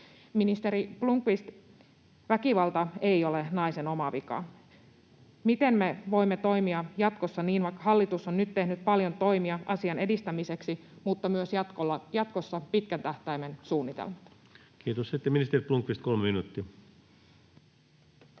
Ministeri Blomqvist, väkivalta ei ole naisen oma vika. Miten me voimme toimia jatkossa — vaikka hallitus on nyt tehnyt paljon toimia asian edistämiseksi — niin, että jatkossa on myös pitkän tähtäimen suunnitelma? Kiitoksia. — Sitten ministeri Blomqvist, 3 minuuttia.